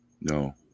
No